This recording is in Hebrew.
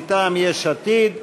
מטעם יש עתיד.